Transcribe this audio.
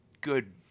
good